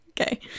okay